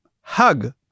hug